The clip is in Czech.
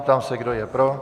Ptám se, kdo je pro.